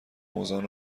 آموزان